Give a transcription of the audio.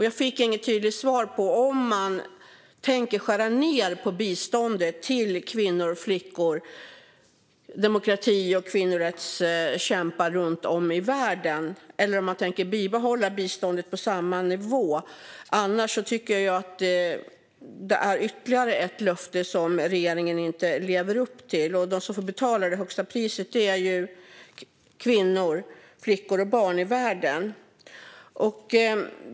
Jag fick inget tydligt svar på om man tänker skära ned på biståndet till kvinnor och flickor och till demokrati och kvinnorättskämpar runt om i världen eller om man tänker behålla biståndet på samma nivå. Annars är det ytterligare ett löfte som regeringen inte lever upp till, och de som får betala det högsta priset är kvinnor, flickor och barn i världen.